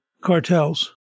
cartels